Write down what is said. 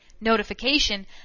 Notification